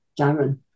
Darren